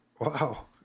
Wow